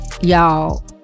y'all